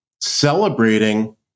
celebrating